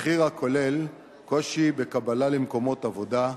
מחיר הכולל קושי בקבלה למקומות עבודה,